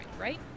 right